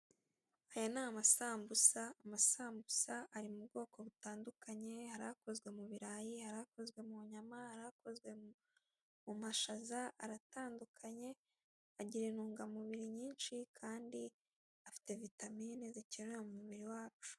Aya ni amasambusa. Amasambusa ari mu bwoko butandukanye hari akozwe mu birayi, hari akozwe mu nyama, hari akozwe mu mashaza aratandukanye agira intungamubiri nyinshi kandi afite vutamini dukenera mu mubiri wacu.